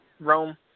Rome